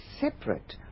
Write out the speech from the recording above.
separate